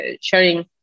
sharing